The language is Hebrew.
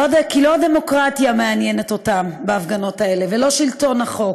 כי לא דמוקרטיה מעניינת אותם בהפגנות האלה ולא שלטון החוק,